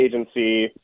agency